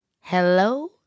Hello